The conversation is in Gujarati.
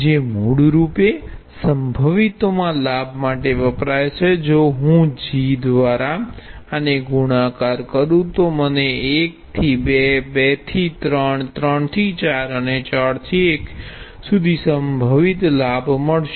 જે મૂળ રૂપે સંભવિતોમાં લાભ માટે વપરાય છે જો હું જી દ્વારા આને ગુણાકાર કરું તો મને 1 થી 2 2 થી 3 3 થી 4 અને 4 થી 1 સુધી સંભવિત લાભ થશે